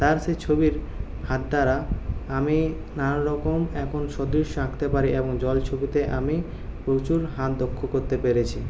তার সে ছবির হাত দ্বারা আমি নানা রকম এখন সদৃশ আঁকতে পারি এবং জল ছবিতে আমি প্রচুর হাত দক্ষ করতে পেরেছি